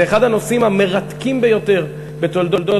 זה אחד הנושאים המרתקים ביותר בתולדות